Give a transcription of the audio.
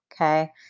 okay